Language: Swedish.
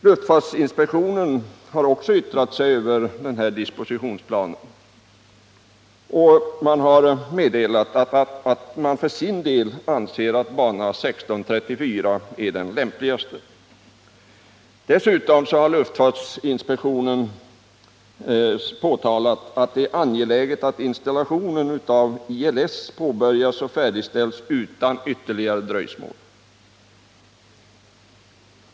Luftfartsinspektionen har också yttrat sig över dispositionsplanen och meddelat att man för sin del anser att bana 16/34 är den lämpligaste. Dessutom har luftfartsinspektionen påtalat att det är angeläget att installationen av ILS påbörjas och färdigställs utan ytterligare dröjsmål.